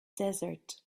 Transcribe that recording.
desert